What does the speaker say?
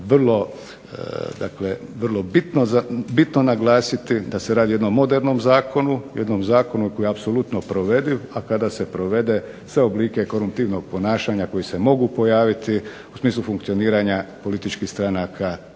vrlo bitno naglasiti da se radi o jednom modernom zakonu, jednom zakonu koji je apsolutno provediv, a kada se provede sve oblike korumptivnog ponašanja koji se mogu pojaviti u smislu funkcioniranja političkih stranaka